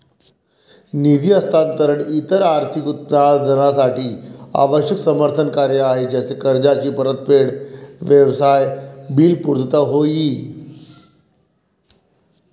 निधी हस्तांतरण इतर आर्थिक उत्पादनांसाठी आवश्यक समर्थन कार्य आहे जसे कर्जाची परतफेड, व्यवसाय बिल पुर्तता होय ई